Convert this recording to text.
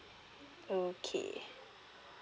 okay